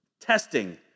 Testing